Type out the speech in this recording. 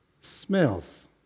smells